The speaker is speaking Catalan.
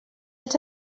els